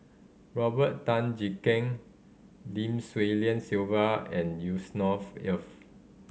Robert Tan Jee Keng Lim Swee Lian Sylvia and Yusnor Ef